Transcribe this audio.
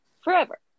forever